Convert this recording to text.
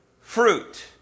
fruit